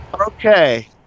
Okay